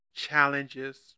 Challenges